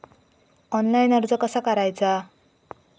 Online कर्ज कसा करायचा?